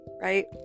right